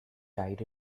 died